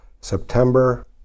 September